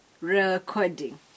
recording